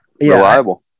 reliable